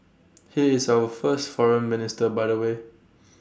he is our first foreign minister by the way